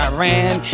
Iran